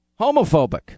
homophobic